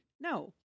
No